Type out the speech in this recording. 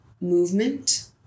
movement